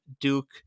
Duke